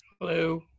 Hello